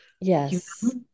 yes